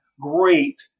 Great